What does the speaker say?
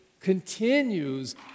continues